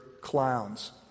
clowns